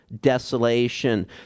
desolation